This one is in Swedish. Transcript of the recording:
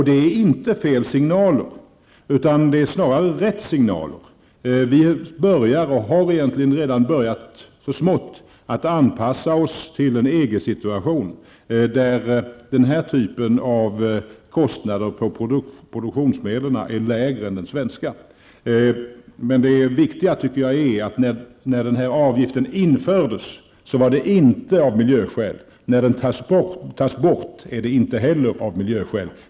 Det är inte fel signal, utan det är snarare rätt signal. Vi har redan börjat så smått att anpassa oss till en EG-situation där den här typen av kostnader på produktionsmedlen är lägre än i Sverige. Men det viktiga tycker jag är att när den här avgiften infördes, så var det inte av miljöskäl. När den tas bort är det inte heller av miljöskäl.